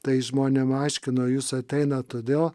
tai žmonėm aiškino jūs ateinat todėl